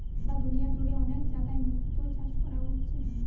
পুরা দুনিয়া জুড়ে অনেক জাগায় মুক্তো চাষ কোরা হচ্ছে